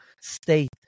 state